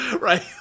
Right